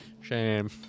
Shame